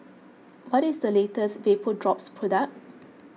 what is the latest Vapodrops product